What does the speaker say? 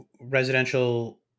residential